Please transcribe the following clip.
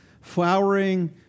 flowering